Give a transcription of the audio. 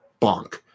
bonk